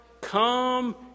come